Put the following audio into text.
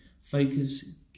Focus